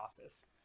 office